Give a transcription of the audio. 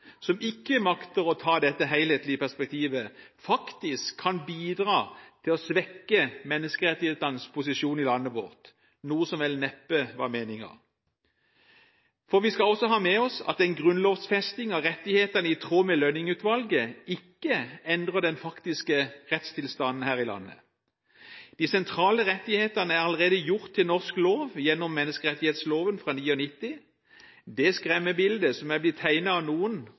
som ikke makter å ta dette helhetlige perspektivet, faktisk kan bidra til å svekke menneskerettighetenes posisjon i landet vårt – noe som vel neppe var meningen. For vi skal også ha med oss at en grunnlovfesting av rettighetene i tråd med Lønning-utvalget ikke endrer den faktiske rettstilstanden her i landet. De sentrale rettighetene er allerede gjort til norsk lov gjennom menneskerettighetsloven av 1999. Det skremmebildet som er blitt tegnet av noen